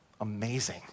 Amazing